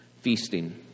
Feasting